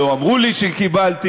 לא אמרו לי שקיבלתי.